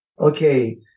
okay